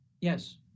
Yes